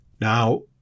now